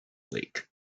lake